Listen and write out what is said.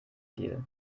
deal